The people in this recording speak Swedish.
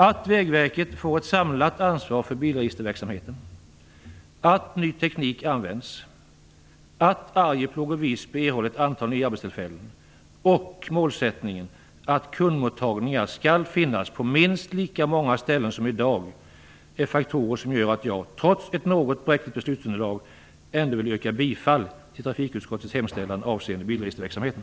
Att Vägverket får ett samlat ansvar för bilregisterverksamheten, att ny teknik används, att Arjeplog och Visby erhåller ett antal nya arbetstillfällen och målsättningen att kundmottagningar skall finnas på minst lika många ställen som i dag är faktorer som gör att jag trots ett något bräckligt beslutsunderlag ändå vill yrka bifall till trafikutskottets hemställan avseende bilregisterverksamheten.